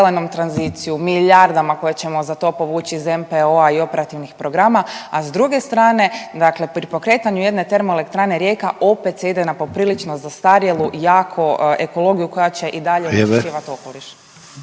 na zelenu tranziciju milijardama koje ćemo za to povući iz NPO-a i operativnih programa. A s druge strane, dakle pri pokretanju jedne termo elektrane Rijeka opet se ide na poprilično zastarjelu jako ekologiju koja će i dalje … …/Upadica